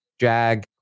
Jag